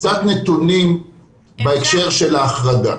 קצת נתונים בהקשר של ההחרגה.